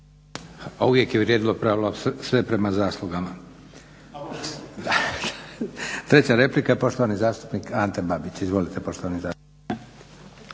Uvijek je vrijedilo pravilo, sve prema zaslugama. Treća replika, poštovani zastupnik Ante Babić. Izvolite poštovani zastupniče.